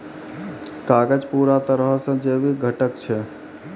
कागज पूरा तरहो से जैविक घटक छै